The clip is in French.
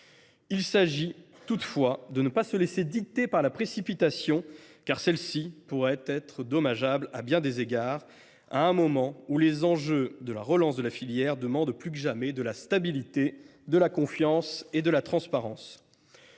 Il s’agit toutefois de ne pas se laisser dicter notre conduite par la précipitation, car celle ci pourrait être dommageable à bien des égards à un moment où les enjeux de la filière demandent plus que jamais de la stabilité, de la confiance et de la transparence.